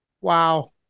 Wow